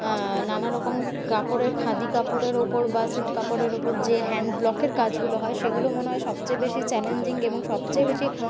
নানা রকম কাপড়ের খাদি কাপড়ের ওপর বা সিল্ক কাপড়ের ওপর যে হ্যান্ড ব্লকের কাজগুলো হয় সেগুলো মনে হয় সবচেয়ে বেশি চ্যালেঞ্জিং এবং সবচেয়ে বেশি